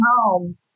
home